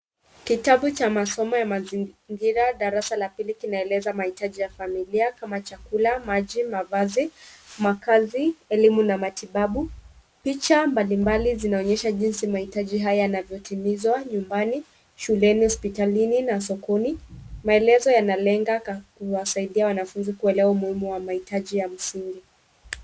Kitabu cha masomo ya mazingira darasa la pili, kinaeleza mahitaji ya familia, kama chakula, maji, mavazi, makaazi, elimu na matibabu. Picha mbalimbali zinaonyesha jinsi mahitaji haya yanavyotimizwa nyumbani, shuleni, hospitalini, na sokoni. Maelezo yanalenga kuwasaidia wanafunzi kuelewa umuhimu wa mahitaji ya msingi.